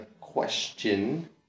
question